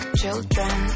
children